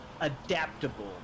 adaptable